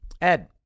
Ed